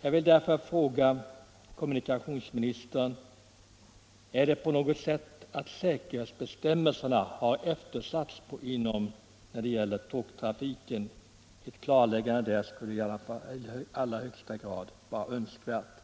Jag vill därför fråga kommunikationsministern: Har säkerhetsbestämmelserna på något vis eftersatts inom tågtrafiken? Ett klarläggande på den punkten skulle i allra högsta grad vara önskvärt.